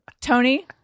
Tony